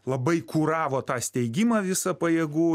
labai kuravo tą steigimą visą pajėgų